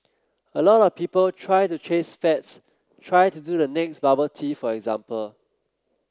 a lot of people try to chase fads try to do the next bubble tea for example